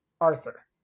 Arthur